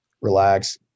relax